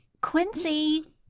Quincy